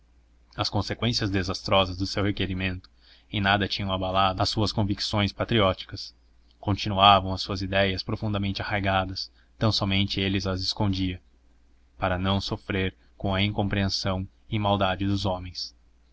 as conseqüências desastrosas do seu re querimento em nada tinham abalado as suas convicções patrióticas continuavam as suas idéias profundamente arraigadas tão-somente ele as escondia para não sofrer com a incompreensão e maldade dos homens